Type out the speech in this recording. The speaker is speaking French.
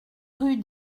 rue